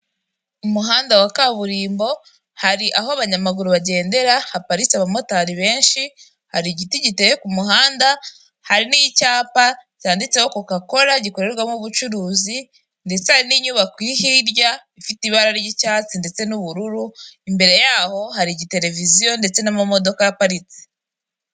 Umuhanda wa kaburimbo, hari aho abanyamaguru bagendera, haparitse abamotari benshi, hari igiti giteye ku muhanda, hari n'icyapa cyanditseho koka kola gikorerwamo ubucuruzi ndetse n'inyubako hirya, ifite ibara ry'icyatsi ndetse n'ubururu, imbere yaho hari igitereviziyo ndetse n'amamodoka aparitse.